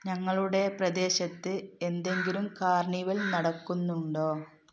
ഞങ്ങളുടെ പ്രദേശത്ത് എന്തെങ്കിലും കാർണിവൽ നടക്കുന്നുണ്ടോ